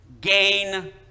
gain